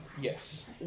Yes